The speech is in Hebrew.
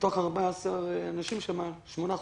ומתוך 14 האנשים, שמונה חולים.